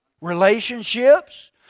relationships